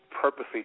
purposely